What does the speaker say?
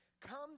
Come